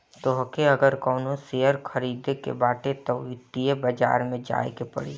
तोहके अगर कवनो शेयर खरीदे के बाटे तअ वित्तीय बाजार में जाए के पड़ी